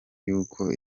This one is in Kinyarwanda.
yuko